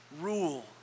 rule